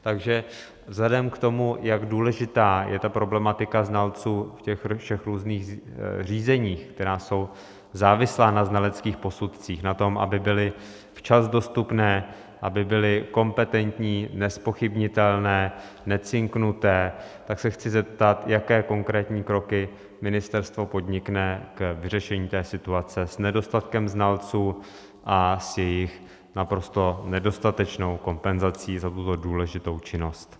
Takže vzhledem k tomu, jak důležitá je problematika znalců v těch všech různých řízeních, která jsou závislá na znaleckých posudcích, na tom, aby byly včas dostupné, aby byly kompetentní, nezpochybnitelné, necinknuté, se chci zeptat, jaké konkrétní kroky ministerstvo podnikne k vyřešení situace s nedostatkem znalců a s jejich naprosto nedostatečnou kompenzací za tuto důležitou činnost.